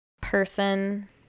person